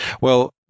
Well-